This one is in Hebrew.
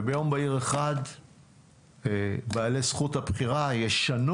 וביום בהיר אחד בעלי זכות הבחירה ישנו